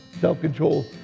Self-control